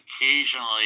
occasionally